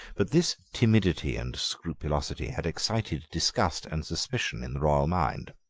but this timidity and scrupulosity had excited disgust and suspicion in the royal mind.